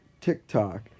TikTok